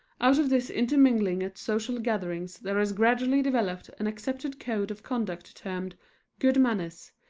out of this intermingling at social gatherings there has gradually developed an accepted code of conduct termed good manners,